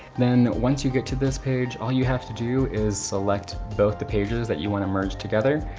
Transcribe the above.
then once you get to this page, all you have to do is select both the pages that you wanna merge together,